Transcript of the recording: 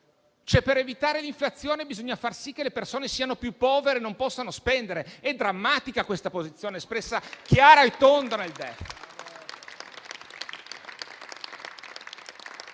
per evitare l'inflazione bisogna fare in modo che le persone siano più povere e non possano spendere? È drammatica questa posizione, espressa chiara e tonda nel DEF.